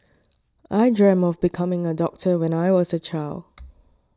I dreamt of becoming a doctor when I was a child